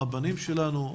הבנים שלנו,